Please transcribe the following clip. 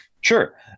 Sure